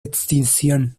extinción